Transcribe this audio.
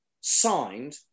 signed